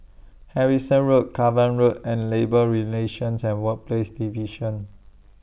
Harrison Road Cavan Road and Labour Relations and Workplaces Division